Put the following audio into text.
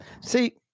see